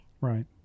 Right